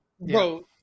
Bro